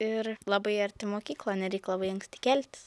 ir labai arti mokykla nereik labai anksti keltis